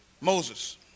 Moses